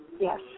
Yes